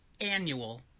annual